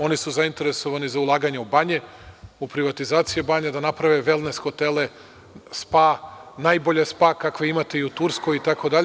Oni su zainteresovani za ulaganje u banje, u privatizacije banje, da naprave velnes hotele, spa, najbolje spa kakve imate u Turskoj itd.